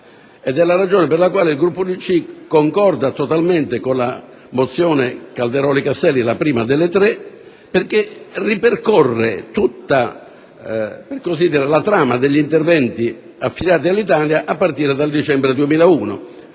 ed è la ragione per la quale il Gruppo UDC concorda totalmente con la mozione Calderoli-Castelli, la prima delle tre, perché ripercorre tutta la trama, per così dire, degli interventi affidati all'Italia a partire dal dicembre 2001,